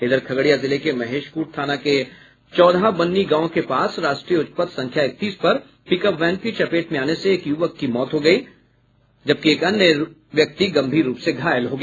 इधर खगड़िया जिले के महेशखूट थाना के चौधाबन्नी गांव के पास राष्ट्रीय उच्चपथ संख्या इकतीस पर पिकअप वैन की चपेट में आने से एक युवक की मौत हो गयी वहीं एक अन्य गंभीर रूप से घायल हो गया